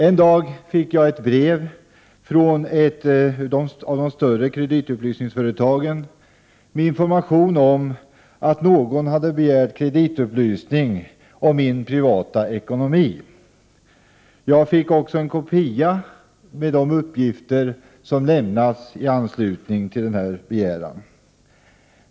En dag fick jag ett brev från ett av de större kreditupplysningsföretagen med information om att någon hade begärt kreditupplysning om min privata ekonomi. Jag fick också en kopia på de uppgifter som lämnats i anslutning till denna begäran.